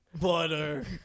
butter